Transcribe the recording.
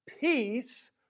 peace